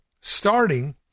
starting